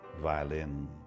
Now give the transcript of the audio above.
violin